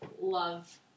love